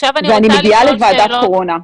ואני מגיעה לוועדת קורונה.